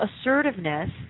assertiveness